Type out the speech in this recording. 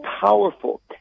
powerful